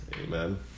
Amen